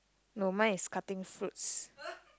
no mine is cutting fruits